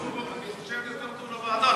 אני חושב שיותר טוב לוועדה,